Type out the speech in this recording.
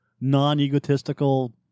non-egotistical